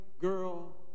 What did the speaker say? girl